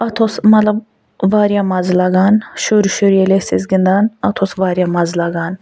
اتھ اوس مَطلَب واریاہ مَزٕ لگان شُرۍ شُرۍ ییٚلہِ ٲسۍ أسۍ گِندان اتھ اوس واریاہ مَزٕ لگان